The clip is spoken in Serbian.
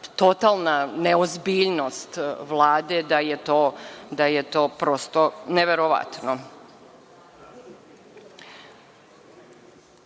totalna neozbiljnost Vlade da je to prosto neverovatno. Ponavljam,